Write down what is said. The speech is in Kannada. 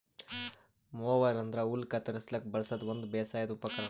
ಮೊವರ್ ಅಂದ್ರ ಹುಲ್ಲ್ ಕತ್ತರಸ್ಲಿಕ್ ಬಳಸದ್ ಒಂದ್ ಬೇಸಾಯದ್ ಉಪಕರ್ಣ್